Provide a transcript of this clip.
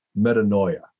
metanoia